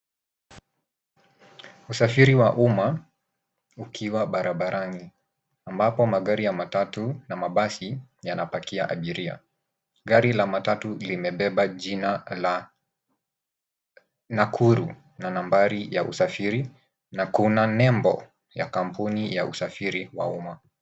Usafiri wa umma ukiwa barabarani ambapo magari ya matatu na mabasi yanapakia abiria, gari la matatu lime beba jina la Nakuru na nambari ya usafiri na kuna nembo ya kampuni ya usafiri wa umma.